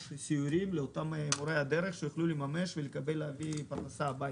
סיורים לאותם מורי הדרך שיוכלו לממש ולהביא פרנסה הביתה.